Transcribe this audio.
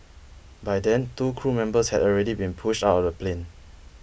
by then two crew members had already been pushed out of the plane